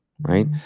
right